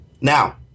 Now